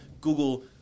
Google